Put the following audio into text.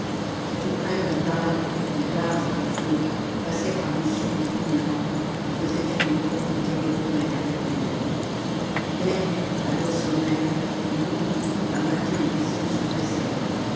cette grêle de balles de dards et de feux passait par dessus les premiers rangs et faisait une courbe qui retombait derrière les murs mais à leur sommet de longues grues à mater les vaisseaux